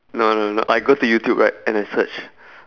no no no I go to youtube right and I search